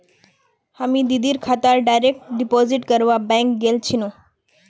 हामी दीदीर खातात डायरेक्ट डिपॉजिट करवा बैंक गेल छिनु